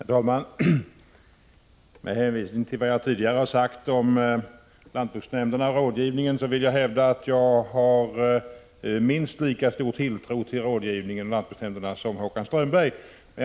Herr talman! Med hänvisning till vad jag tidigare har sagt, vill jag hävda att jag har minst lika stor tilltro till lantbruksnämnderna och rådgivningen som Håkan Strömberg har.